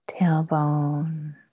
tailbone